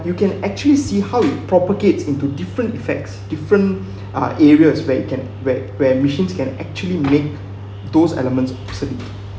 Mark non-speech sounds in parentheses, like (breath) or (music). you can actually see how it propagates into different effects different (breath) uh areas where you can where where machines can actually make those elements obsolete